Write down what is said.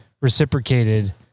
reciprocated